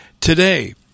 Today